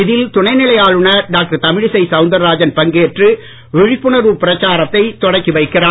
இதில் துணை நிலை ஆளுநர் டாக்டர் தமிழிசை சவுந்தரராஜன் பங்கேற்று விழிப்புணர்வு பிரச்சாரத்தை தொடங்கி வைக்கிறார்